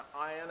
iron